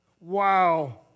Wow